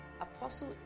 Apostle